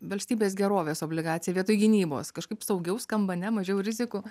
valstybės gerovės obligacija vietoj gynybos kažkaip saugiau skamba ne mažiau rizikų